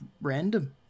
random